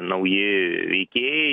nauji veikėjai